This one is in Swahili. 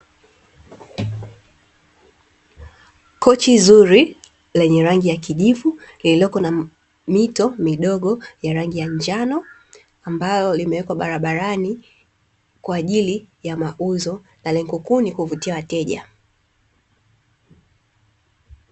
Kochi zuri lenye rangi ya kijivu, lilliloko na mito midogo ya rangi ya njano, ambalo limewekwa barabarani, kwa ajili ya mauzo, na lengo kuu ni kuvutia wateja.